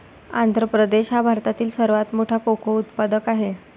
आंध्र प्रदेश हा भारतातील सर्वात मोठा कोको उत्पादक आहे